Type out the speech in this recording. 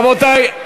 רבותי,